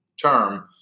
term